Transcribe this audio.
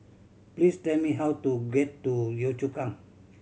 please tell me how to get to Yio Chu Kang